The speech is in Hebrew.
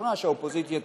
משוכנע שהאופוזיציה תתנגד.